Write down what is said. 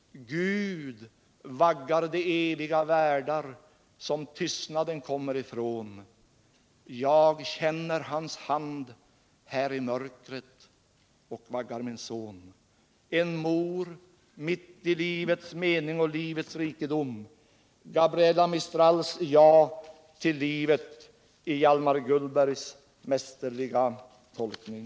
Gud vaggar de eviga världar som tystnaden kommer ifrån. Jag känner hans hand här i mörkret och vaggar min son. En mor mitt i livets mening och livets rikedom. Gabriela Mistrals ja till livet i Hjalmar Gullbergs mästerliga tolkning.